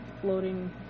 floating